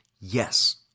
yes